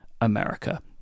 america